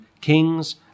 kings